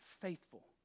faithful